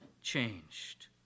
changed